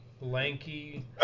lanky